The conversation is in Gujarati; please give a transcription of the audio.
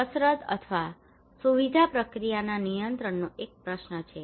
કસરત અથવા સુવિધા પ્રક્રિયાના નિયંત્રણનો પણ એક પ્રશ્ન છે